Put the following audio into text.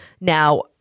Now